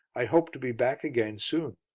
i hope to be back again soon.